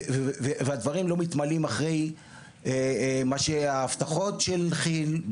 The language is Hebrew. והדברים לא מתמלאים אחרי ההבטחות של כיל,